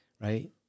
right